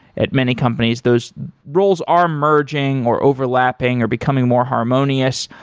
at many companies, those roles are merging or overlapping or becoming more harmonious.